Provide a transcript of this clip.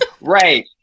right